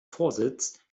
vorsitz